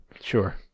Sure